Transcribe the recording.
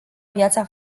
viața